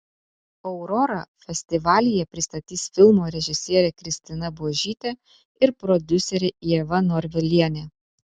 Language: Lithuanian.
aurorą festivalyje pristatys filmo režisierė kristina buožytė ir prodiuserė ieva norvilienė